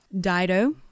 Dido